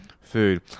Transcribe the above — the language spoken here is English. food